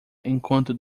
enquanto